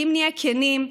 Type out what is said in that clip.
כי אם נהיה כנים,